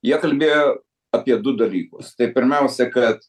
jie kalbėjo apie du dalykus tai pirmiausia kad